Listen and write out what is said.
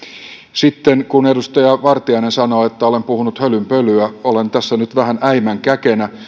sitten kun edustaja vartiainen sanoi että olen puhunut hölynpölyä olen tässä nyt vähän äimän käkenä